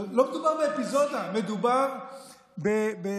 לא מדובר באפיזודה, מדובר בחורבן.